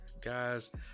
Guys